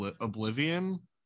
Oblivion